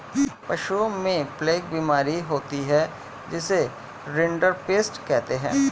पशुओं में प्लेग बीमारी होती है जिसे रिंडरपेस्ट कहते हैं